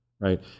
right